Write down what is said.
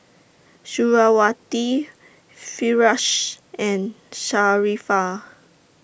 Suriawati Firash and Sharifah